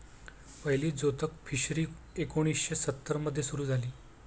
पहिली जोतक फिशरी एकोणीशे सत्तर मध्ये सुरू झाली